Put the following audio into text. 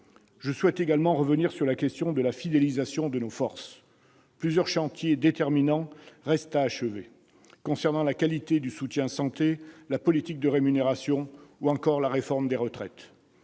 Le deuxième point concerne la fidélisation de nos forces. Plusieurs chantiers déterminants restent à achever, concernant la qualité du soutien santé, la politique de rémunération, ou encore la réforme des retraites.